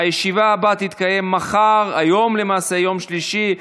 הישיבה הבאה תתקיים מחר, היום, למעשה, יום שלישי,